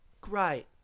great